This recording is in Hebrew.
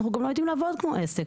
אנחנו גם לא יודעים לעבוד כמו עסק,